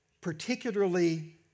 particularly